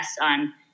on